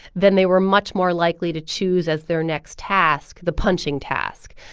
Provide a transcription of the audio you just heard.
then they were much more likely to choose, as their next task, the punching task.